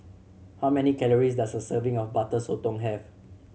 how many calories does a serving of Butter Sotong have